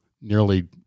nearly